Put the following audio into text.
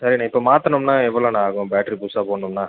சரிண்ணே இப்போ மாற்றணும்னா எவ்வளோண்ண ஆகும் பேட்ரி புதுசா போடணும்னா